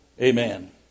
Amen